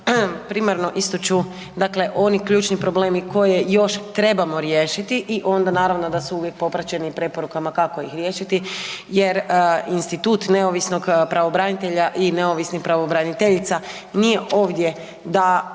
primarno ističu dakle oni ključni problemi koje još trebamo riješiti i onda naravno da su uvijek popraćeni preporukama kako ih riješiti jer institut neovisnog pravobranitelja i neovisnih pravobraniteljica nije ovdje da